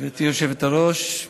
גברתי היושבת-ראש,